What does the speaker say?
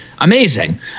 amazing